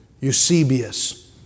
Eusebius